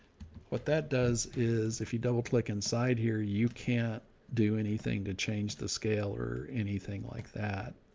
what that does is if you double click inside here, you can't do anything to change the scale or anything like that.